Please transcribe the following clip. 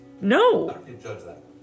No